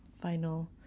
final